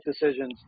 decisions